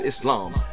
Islam